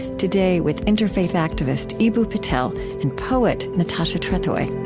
today, with interfaith activist eboo patel and poet natasha trethewey